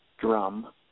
drum